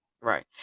Right